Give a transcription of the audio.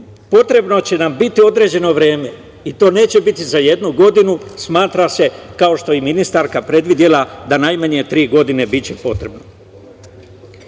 potrebno će nam biti određeno vreme i to neće biti za jednu godinu, smatra se, kao što je i ministarka predvidela, najmanje tri godine biće potrebno. Poštovani